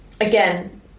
Again